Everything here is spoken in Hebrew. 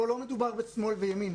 פה לא מדובר בשמאל וימין.